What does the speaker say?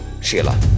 Sheila